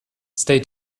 stay